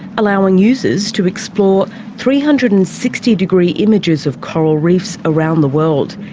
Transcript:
allowing users to explore three hundred and sixty degree images of coral reefs around the world.